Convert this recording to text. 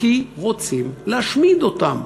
כי רוצים להשמיד אותם,